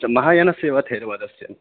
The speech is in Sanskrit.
महायानस्य वा थेरवादस्य